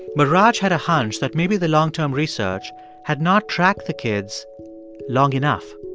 but raj had a hunch that maybe the long-term research had not tracked the kids long enough.